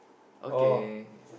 okay